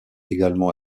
également